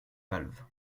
valve